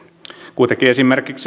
kuitenkin esimerkiksi